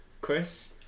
Chris